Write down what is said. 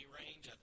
range